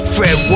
Fred